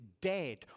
dead